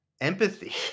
empathy